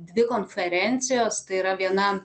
dvi konferencijos tai yra viena